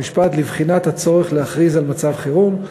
חוק ומשפט לבחינת הצורך להכריז על מצב חירום.